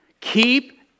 keep